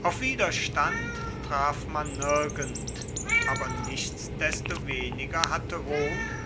auf widerstand traf man nirgend aber nichtsdestoweniger hatte rom